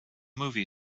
movie